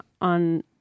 on